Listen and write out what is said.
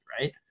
right